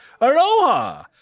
Aloha